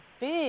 big